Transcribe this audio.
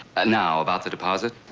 ah now about the deposit.